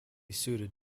suited